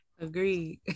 Agreed